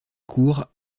cours